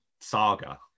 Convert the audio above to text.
saga